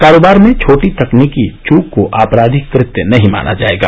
कारोबार में छोटी तकनीकी चूक को आपराधिक कृत्य नहीं माना जाएगा